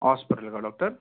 హస్పిటల్కా doctor